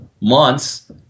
months